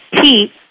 Pete